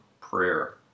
Prayer